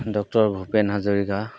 doctor Bhupen Hazarika